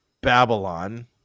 Babylon